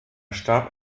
starb